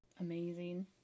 Amazing